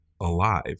alive